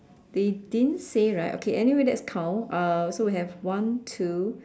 they didn't say right okay anyway let's count uh so we have one two